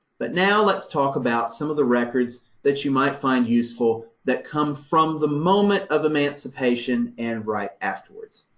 but now let's talk about some of the records that you might find useful, that come from the moment of emancipation and right afterwards.